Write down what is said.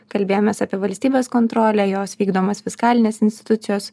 kalbėjomės apie valstybės kontrolę jos vykdomas fiskalinės institucijos